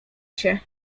się